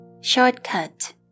Shortcut